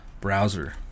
browser